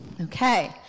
okay